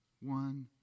one